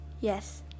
yes